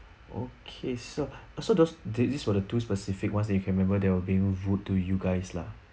okay sir so those these was the two specific [one] that you can remember they were being rude to you guys lah